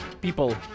people